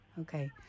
okay